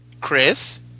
Chris